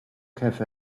cafe